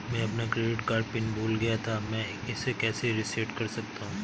मैं अपना credit card pin भूल गया था मैं इसे कैसे रीसेट कर सकता हूँ?